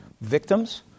victims